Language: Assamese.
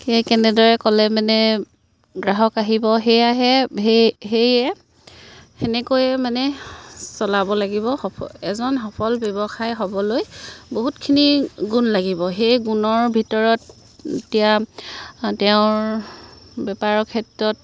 সেই কেনেদৰে ক'লে মানে গ্ৰাহক আহিব সেয়াহে সেই সেয়ে সেনেকৈয়ে মানে চলাব লাগিব সফল এজন সফল ব্যৱসায়ী হ'বলৈ বহুতখিনি গুণ লাগিব সেই গুণৰ ভিতৰত এতিয়া তেওঁৰ বেপাৰৰ ক্ষেত্ৰত